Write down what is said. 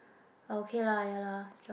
okay lah ya lah joke